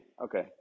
okay